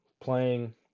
playing